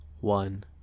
one